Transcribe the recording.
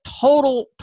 total